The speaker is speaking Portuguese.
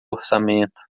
orçamento